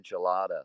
enchilada